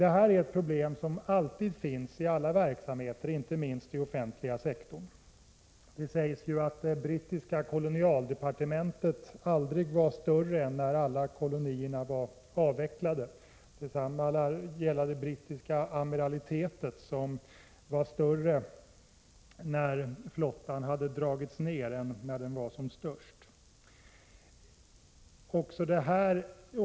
Det här är ett problem som uppstår inom alla typer av verksamheter, inte minst inom den offentliga sektorn. Det sägs att det brittiska kolonialdepartementet aldrig var större än när alla kolonierna var avvecklade. Detsamma lär också gälla det brittiska amiralitetet, som var större när flottan hade dragits ned än när den var som störst.